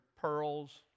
pearls